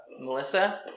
Melissa